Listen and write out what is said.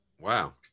wow